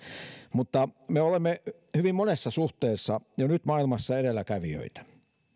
mutta me olemme hyvin monessa suhteessa jo nyt maailmassa edelläkävijöitä